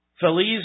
Feliz